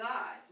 God